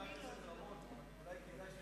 חבר הכנסת רמון, אולי כדאי,